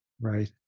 Right